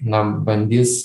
na bandys